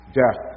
death